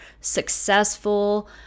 successful